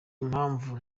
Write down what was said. impamvu